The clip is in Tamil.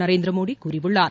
நரேந்திரமோடி கூறியுள்ளார்